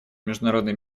международной